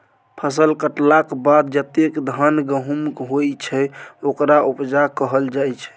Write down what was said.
फसल कटलाक बाद जतेक धान गहुम होइ छै ओकरा उपजा कहल जाइ छै